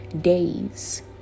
days